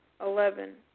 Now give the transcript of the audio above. Eleven